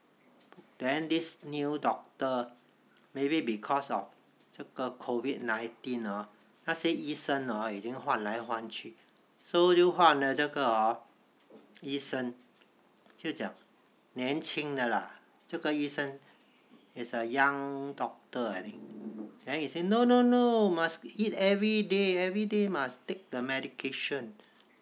then this new doctor maybe because of 这个 COVID nineteen hor 那些医生 hor 已经换来换去 so 就换了这个 hor 医生就讲年轻的啦这个医生 is a young doctor I think then he said no no no must eat everyday everyday must take the medication